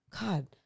God